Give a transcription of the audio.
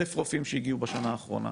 אלף רופאים שהגיעו בשנה האחרונה,